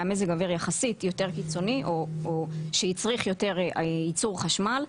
היה מזג האוויר יחסית יותר קיצוני או שהצריך יותר חשמל,